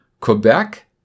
Quebec